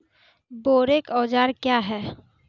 बोरेक औजार क्या हैं?